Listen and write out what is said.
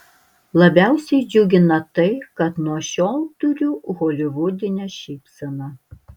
labiausiai džiugina tai kad nuo šiol turiu holivudinę šypseną